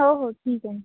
हो हो ठीक आहे